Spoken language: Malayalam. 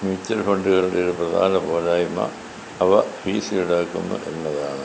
മ്യൂച്വൽ ഫണ്ടുകളുടെ ഒരു പ്രധാന പോരായ്മ അവ ഫീസ് ഈടാക്കുന്നു എന്നതാണ്